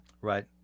Right